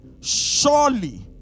surely